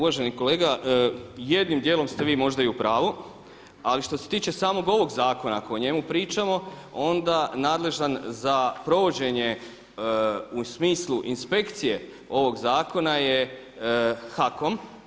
Uvaženi kolega jednim dijelom ste vi možda i u pravu ali što se tiče samog ovog zakona ako o njemu pričamo onda nadležan za provođenje u smislu inspekcije ovog zakona je HAKOM.